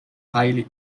highly